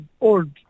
old